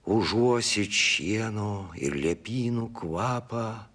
užuosit šieno ir liepynų kvapą